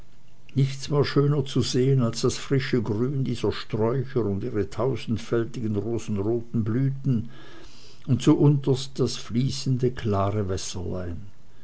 nichts war schöner zu sehen als das frische grün dieser sträucher und ihre tausendfältigen rosenroten blüten und zuunterst das fließende klare wässerlein